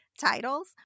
titles